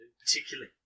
Particularly